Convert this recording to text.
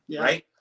right